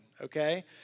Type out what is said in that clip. okay